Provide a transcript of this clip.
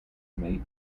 may